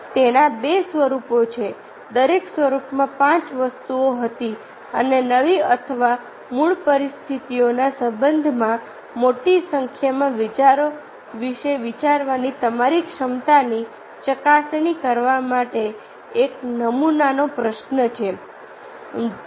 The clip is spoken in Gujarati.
તેના 2 સ્વરૂપો છે દરેક સ્વરૂપમાં 5 વસ્તુઓ હતી અને નવી અથવા મૂળ પરિસ્થિતિઓના સંબંધમાં મોટી સંખ્યામાં વિચારો વિશે વિચારવાની તમારી ક્ષમતાની ચકાસણી કરવા માટે એક નમૂનાનો પ્રશ્ન છે